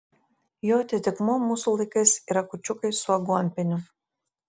jo atitikmuo mūsų laikais yra kūčiukai su aguonpieniu